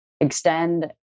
extend